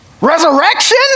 Resurrection